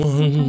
One